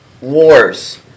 wars